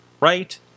right